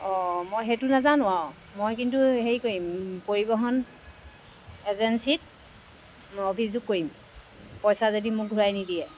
অ' মই সেইটো নাজানো আৰু মই কিন্তু হেৰি কৰিম পৰিবহণ এজেঞ্চিত অভিযোগ কৰিম পইচা যদি মোক ঘূৰাই নিদিয়ে